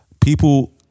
people